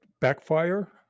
backfire